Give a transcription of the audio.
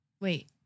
Wait